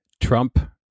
Trump